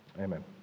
amen